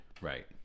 Right